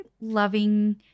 loving